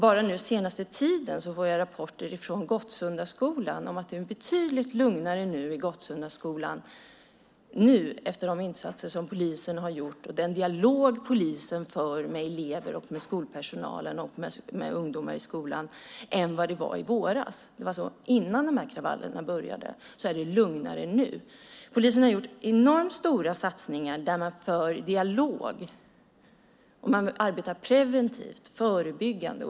Bara den senaste tiden har jag fått rapporter från Gottsundaskolan om att det är betydligt lugnare där nu efter de insatser som polisen har gjort och den dialog som polisen för med elever, skolpersonal och ungdomar i skolan än vad det var i våras, alltså innan kravallerna började. Polisen har gjort enormt stora satsningar på att föra en dialog och arbeta preventivt, förebyggande.